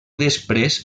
després